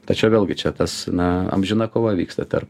tai čia vėlgi čia tas na amžina kova vyksta tarp